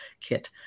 kit